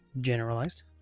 Generalized